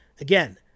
again